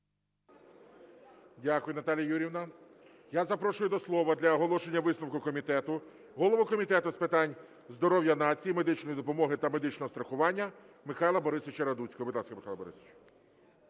Дякую, Наталія Юріївна. Я запрошую до слова для оголошення висновку комітету голову Комітету з питань здоров'я нації, медичної допомоги та медичного страхування Михайла Борисовича Радуцького.